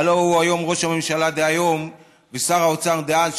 הלוא הוא ראש הממשלה דהיום ושר האוצר דאז,